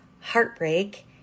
heartbreak